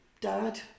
dad